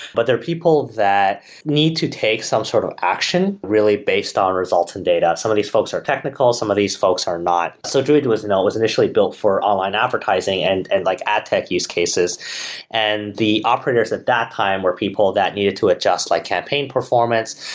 but they're people that need to take some sort of action really based on results in data. some of these folks are technical, some of these folks are not. so druid was and was initially built for online advertising and and like ad tech use cases and the operators at that time were people that needed to adjust like campaign performance,